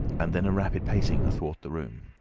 and then a rapid pacing athwart the room.